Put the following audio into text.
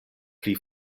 pli